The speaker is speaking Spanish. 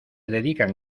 dedican